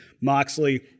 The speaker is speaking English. Moxley